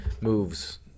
moves